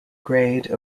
grade